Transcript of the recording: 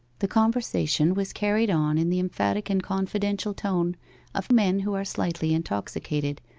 the conversation was carried on in the emphatic and confidential tone of men who are slightly intoxicated,